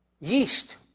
yeast